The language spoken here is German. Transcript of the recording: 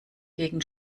gegen